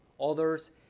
others